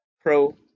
pro